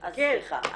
אז סליחה,